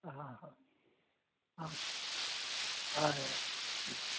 आं हां हां हय हय